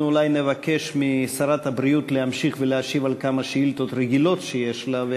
אולי נבקש משרת הבריאות להמשיך ולהשיב על כמה שאילתות רגילות שיש אליה,